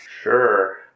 sure